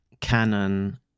canon